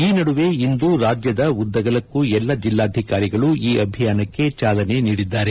ಈ ನಡುವೆ ಇಂದು ರಾಜ್ಯದ ಉದ್ದಗಲಕ್ಕೂ ಎಲ್ಲಾ ಜಿಲ್ಲಾಧಿಕಾರಿಗಳು ಈ ಅಭಿಯಾನಕ್ಕೆ ಚಾಲನೆ ನೀಡಿದ್ದಾರೆ